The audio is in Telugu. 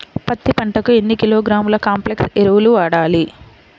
పత్తి పంటకు ఎన్ని కిలోగ్రాముల కాంప్లెక్స్ ఎరువులు వాడాలి?